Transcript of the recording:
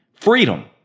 Freedom